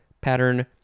pattern